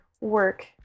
work